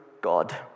God